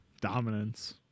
Dominance